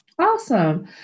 Awesome